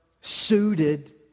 suited